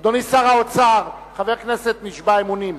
אדוני שר האוצר, חבר הכנסת נשבע אמונים,